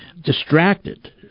distracted